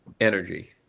energy